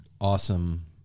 awesome